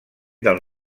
del